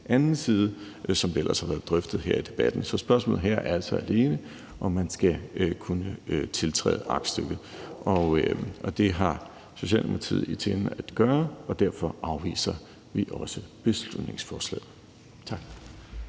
anden side, som det ellers har været drøftet her i debatten. Så spørgsmålet her er altså alene, om man skal kunne tiltræde aktstykket, og det har Socialdemokratiet i sinde at gøre, og derfor afviser vi også beslutningsforslaget. Tak.